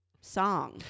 Song